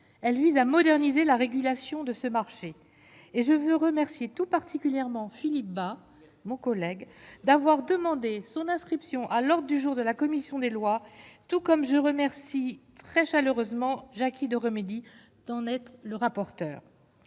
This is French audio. elle vise à moderniser la régulation de ce marché et je veux remercier tout particulièrement Philippe Bas, mon collègue d'avoir demandé son inscription à l'Ordre du jour de la commission des lois, tout comme je remercie très chaleureusement Jacky de remédie en Net le rapporteur